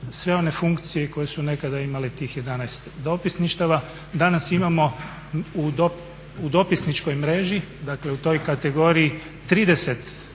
sve one funkcije koje su nekada imali tih 11 dopisništava. Danas imamo u dopisničkoj mreži, dakle u toj kategoriji 30